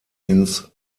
ins